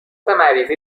مریضی